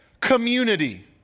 community